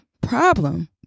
problem